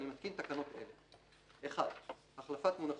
אני מתקין תקנות אלה: החלפת מושגים.